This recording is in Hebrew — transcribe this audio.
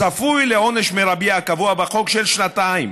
צפוי לעונש מרבי הקבוע בחוק של שנתיים.